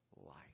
life